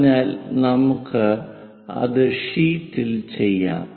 അതിനാൽ നമുക്ക് അത് ഷീറ്റിൽ ചെയ്യാം